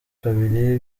kabiri